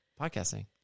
Podcasting